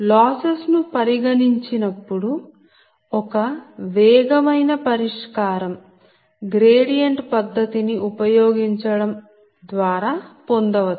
losses ను పరిగణించినప్పుడు ఒక వేగమైన పరిష్కారం గ్రేడియంట్ పద్ధతి ని ఉపయోగించడం ద్వారా పొందవచ్చ